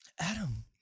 Adam